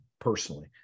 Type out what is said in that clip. Personally